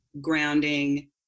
grounding